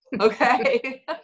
Okay